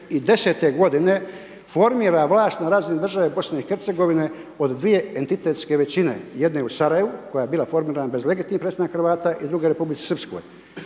da se 2010. g. formira rast na razini državi BIH od 2 entitetske većine, jedne u Sarajevu, koja je bila formirana bez legitimnih predstavnika Hrvata i druga u Republici Srpskoj.